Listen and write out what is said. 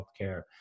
healthcare